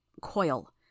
coil